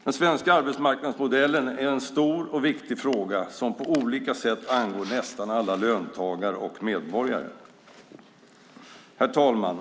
Den svenska arbetsmarknadsmodellen är en stor och viktig fråga som på olika sätt angår nästan alla löntagare och medborgare.